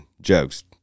jokes